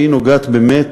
והיא נוגעת באמת